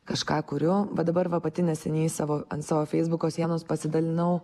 kažką kuriu va dabar va pati neseniai savo ant savo feisbuko sienos pasidalinau